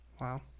Wow